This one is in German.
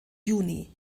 juni